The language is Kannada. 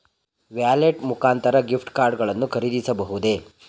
ವ್ಯಾಲೆಟ್ ಮುಖಾಂತರ ಗಿಫ್ಟ್ ಕಾರ್ಡ್ ಗಳನ್ನು ಖರೀದಿಸಬಹುದೇ?